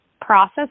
process